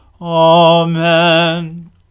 Amen